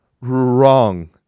wrong